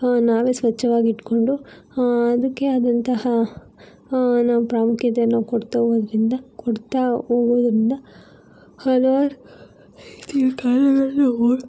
ನಾವೇ ಸ್ವಚ್ಛವಾಗಿ ಇಟ್ಕೊಂಡು ಅದಕ್ಕೆ ಆದಂತಹ ನಾವು ಪ್ರಾಮುಖ್ಯತೆಯನ್ನು ಕೊಡ್ತಾ ಹೋಗೋರಿಂದ ಕೊಡ್ತಾ ಹೋಗೋದ್ರಿಂದ ಹಲವಾರು ರೀತಿಯ ಕಾಯಿಲೆಗಳು ನಾವು